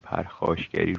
پرخاشگری